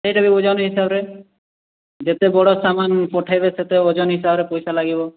ସେଇଟା ବି ଓଜନ ହିସାବରେ ଯେତେ ବଡ଼ ସାମାନ ପଠାଇବେ ସେତେ ଓଜନ ହିସାବରେ ପଇସା ଲାଗିବ